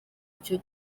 icyo